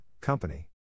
Company